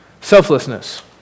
selflessness